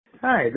Hi